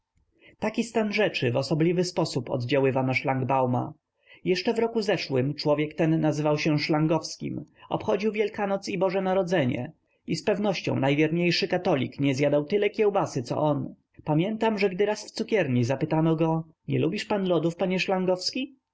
taki stan rzeczy w osobliwy sposób oddziaływa na szlangbauma jeszcze w roku zeszłym człowiek ten nazywał się szlangowskim obchodził wielkanoc i boże narodzenie i zpewnością najwierniejszy katolik nie zjadał tyle kiełbasy co on pamiętam że gdy raz w cukierni zapytano go nie lubisz pan lodów panie